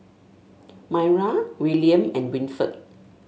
Maira William and Winford